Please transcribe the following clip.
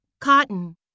cotton